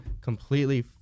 completely